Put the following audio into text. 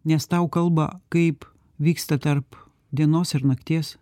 nes tau kalba kaip vyksta tarp dienos ir nakties